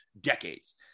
decades